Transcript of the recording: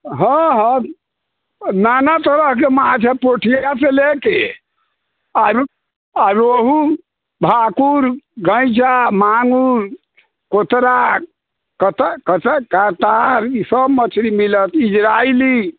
हँ हँ नाना तरहके माछ हइ पोठिआसँ लऽ कऽ आओर रोहु भाकुर गैँचा माँगुर कोतरा कत कत कतार ईसब मछली मिलत इजरायली